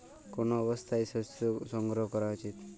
কোন অবস্থায় শস্য সংগ্রহ করা উচিৎ?